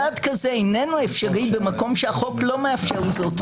סעד כזה איננו אפשרי במקום שהחוק לא מאפשר זאת.